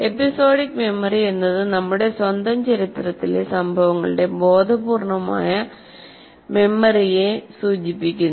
episodic memory എന്നത് നമ്മുടെ സ്വന്തം ചരിത്രത്തിലെ സംഭവങ്ങളുടെ ബോധപൂർവമായ മെമ്മറിയെ സൂചിപ്പിക്കുന്നു